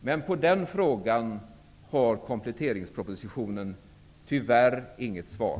Men på den frågan ges det i kompletteringspropositionen tyvärr inte något svar.